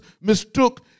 mistook